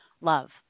love